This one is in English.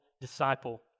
disciple